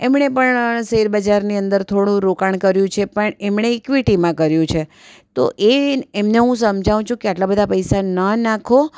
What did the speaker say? એમણે પણ શેરબજારની અંદર થોડું રોકાણ કર્યું છે પણ એમણે ઇક્વીટીમાં કર્યું છે તો એ એમને હું સમજાવું છું કે આટલા બધા પૈસા ન નાખો